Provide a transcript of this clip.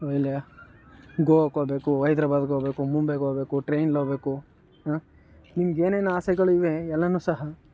ಗೋವಾಗೆ ಹೋಗ್ಬೇಕು ಹೈದರಾಬಾದ್ಗೆ ಹೋಗ್ಬೇಕು ಮುಂಬೈಗೆ ಹೋಗ್ಬೇಕು ಟ್ರೈನಲ್ ಹೋಗ್ಬೇಕು ಹಾಂ ನಿಮ್ಗೆ ಏನೇನು ಆಸೆಗಳು ಇವೆ ಎಲ್ಲವೂ ಸಹ